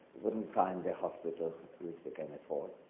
wouldn't find the hospital which they can afford.